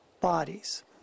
bodies